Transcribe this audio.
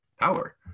power